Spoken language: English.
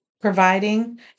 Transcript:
providing